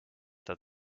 that